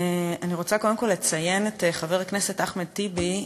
אני רוצה קודם כול לציין את חבר הכנסת אחמד טיבי,